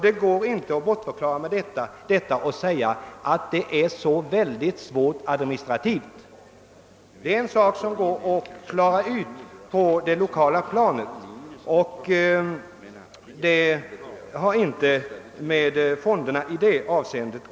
Det går inte att vifta bort förslaget med att det är svårt att genomföra administrativt. Det är något som ' kan klaras på det lokala planet och berör inte på något sätt fonderna.